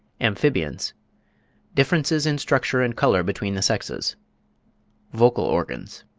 amphibians differences in structure and colour between the sexes vocal organs.